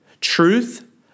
Truth